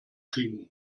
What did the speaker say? kriegen